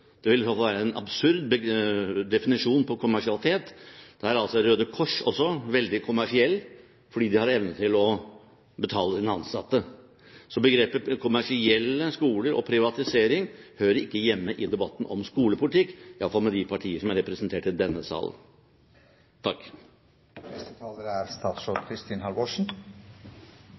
Det ville i så fall være en absurd definisjon av kommersialisering. Da er altså Røde Kors også veldig kommersiell fordi de har evnen til å betale sine ansatte. Så begrepene «kommersielle skoler» og «privatisering» hører ikke hjemme i debatten om skolepolitikk, i hvert fall ikke med de partier som er representert i denne salen.